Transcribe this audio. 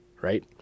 Right